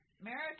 America